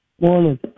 Morning